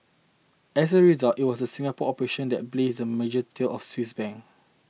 as a result it was the Singapore operation that blazed the merger trail of Swiss Bank